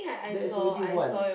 there's already one